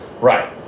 Right